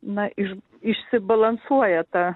na iš išsibalansuoja ta